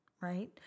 right